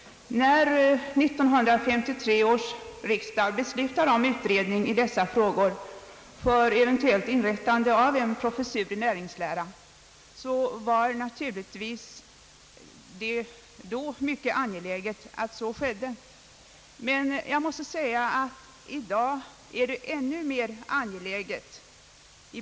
När 1953 års riksdag beslöt om en utredning i dessa frågor för eventuellt inrättande av en professur i näringslära, var det naturligtvis då mycket angeläget att så skedde. Jag måste säga att det i dag är ännu mera angeläget.